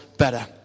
Better